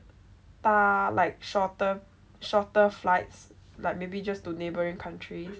搭 like shorter shorter flights like maybe just to neighbouring countries